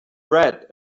read